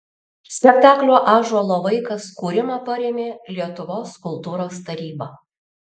spektaklio ąžuolo vaikas kūrimą parėmė lietuvos kultūros taryba